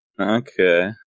okay